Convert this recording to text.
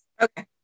Okay